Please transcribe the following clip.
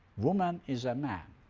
woman is a man.